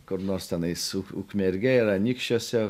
kur nors tenais ukmergėj ar anykščiuose